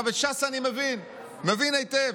את ש"ס אני מבין, מבין היטב,